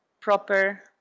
proper